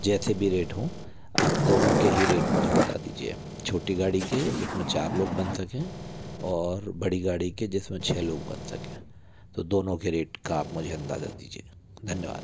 जैसे भी रेट हों आप दोनों के ही रेट मुझे बता दीजिए छोटी गाड़ी के जिस में चार लोग बन सकें और बड़ी गाड़ी के जिस में छः लोग बन सकें तो दोनों के रेट का आप मुझे अंदाज़ा दीजिए धन्यवाद